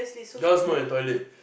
cannot smoke in the toilet